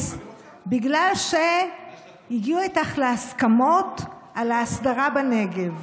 בגלל שהגיעו איתך להסכמות על ההסדרה בנגב.